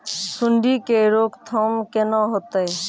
सुंडी के रोकथाम केना होतै?